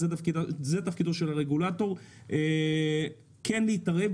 תפקידו של הרגולטור כן להתערב,